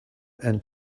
and